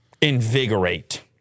Invigorate